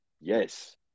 Yes